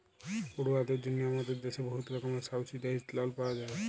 পড়ুয়াদের জ্যনহে আমাদের দ্যাশে বহুত রকমের সাবসিডাইস্ড লল পাউয়া যায়